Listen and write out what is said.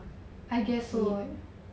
I guess so